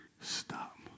stop